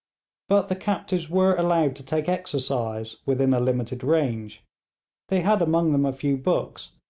but the captives were allowed to take exercise within a limited range they had among them a few books,